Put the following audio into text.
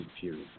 period